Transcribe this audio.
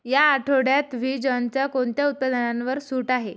या आठवड्यात व्हीजॉनच्या कोणत्या उत्पादनांवर सूट आहे